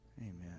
Amen